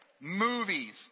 movies